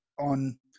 on